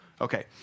Okay